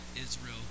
Israel